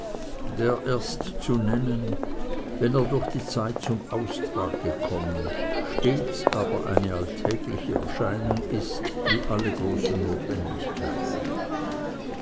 der erst zu nennen wenn er durch die zeit zum austrag gekommen stets aber eine alltägliche erscheinung ist wie alle großen notwendigkeiten